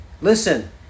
listen